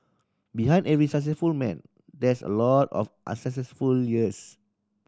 behind every successful man there's a lot of unsuccessful years